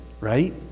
right